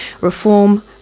Reform